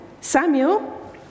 samuel